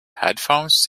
headphones